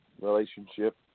relationship